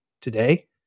today